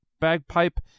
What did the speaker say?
bagpipe